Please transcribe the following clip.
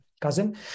cousin